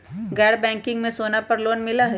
गैर बैंकिंग में सोना पर लोन मिलहई?